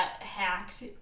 hacked